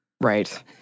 Right